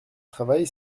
travail